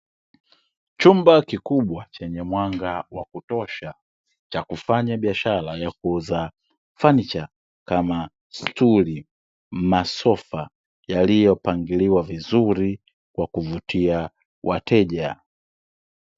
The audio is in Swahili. Chumba kikubwa chenye mwanga wa kutosha, cha kufanya biashara ya kuuza fanicha kama stuli, masofa yaliyopangiliwa vizuri kwa kuvutia wateja.